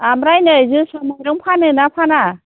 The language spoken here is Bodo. ओमफ्राय नै जोसा माइरं फानो ना फाना